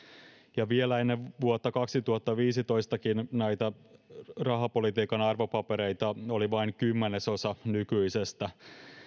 ja vielä ennen vuotta kaksituhattaviisitoistakin näitä rahapolitiikan arvopapereita oli vain kymmenesosa nykyisestä